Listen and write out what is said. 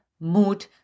mood